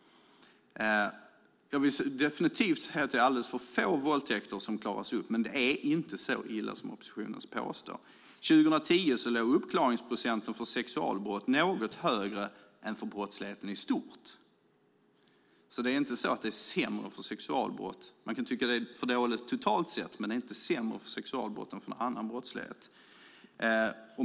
Jag vill definitivt hävda att det är alldeles för få våldtäkter som klaras upp, men det är inte så illa som oppositionen påstår. År 2010 låg uppklaringsprocenten för sexualbrott något högre än för brottsligheten i stort. Det är inte så att det är sämre för sexualbrott. Man kan tycka att det är för dåligt totalt sett, men det är inte sämre för sexualbrott än för annan brottslighet.